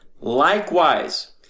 Likewise